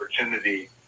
opportunity